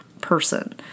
person